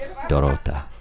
Dorota